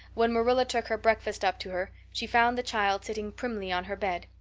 when marilla took her breakfast up to her she found the child sitting primly on her bed,